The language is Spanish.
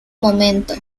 momento